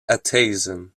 atheism